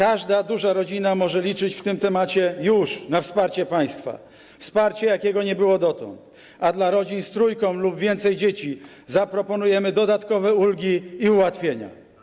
Każda duża rodzina może liczyć w tym zakresie już na wsparcie państwa, wsparcie, jakiego nie było dotąd, a dla rodzin z trójką lub większą liczbą dzieci zaproponujemy dodatkowe ulgi i ułatwienia.